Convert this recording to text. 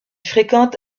fréquente